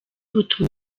butuma